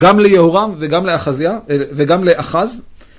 ‫גם ליהורם וגם לאחז.